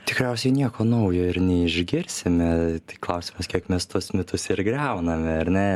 tikriausiai nieko naujo ir neišgirsime tik klausimas kiek mes tuos mitus ir griauname ar ne